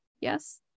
Yes